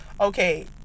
okay